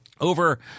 over